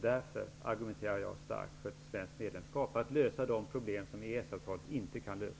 Därför argumenterar jag starkt för ett svenskt medlemskap, som skulle lösa de problem EES avtalet inte kan lösa.